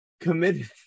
committed